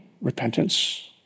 repentance